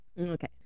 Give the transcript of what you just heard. Okay